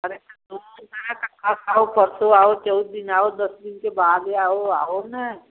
अरे परसों आओ चाहे कल आओ परसों आओ चौ दिन आओ दस दिन के बादे आओ आओ न